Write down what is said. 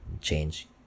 change